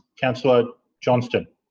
councillor johnston